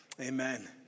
amen